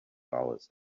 flowers